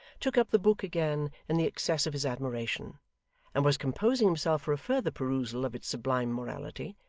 took up the book again in the excess of his admiration and was composing himself for a further perusal of its sublime morality,